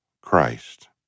Christ